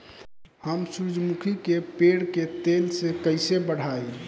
हम सुरुजमुखी के पेड़ के तेजी से कईसे बढ़ाई?